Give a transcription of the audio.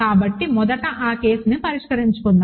కాబట్టి మొదట ఆ కేసును పరిష్కరించుకుందాం